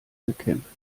gekämpft